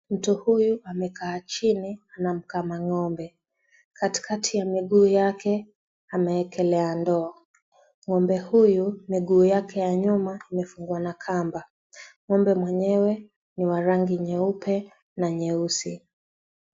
Mtu huyu amekaa chini anamkama ngombe, katikati ya miguu yake ameekelea ndoo, ngombe huyu miguu yake ya nyuma imefungwa na kamba, ngombe mwenyewe ni wa rangi nyeupe na nyeusi.